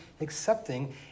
accepting